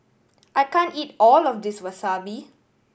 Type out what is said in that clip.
I can't eat all of this Wasabi